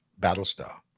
Battlestar